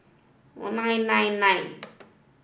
one nine nine nine